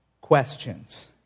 Questions